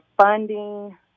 funding